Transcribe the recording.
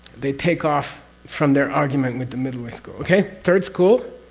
they take off from their argument with the middle way school. okay? third school?